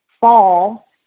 fall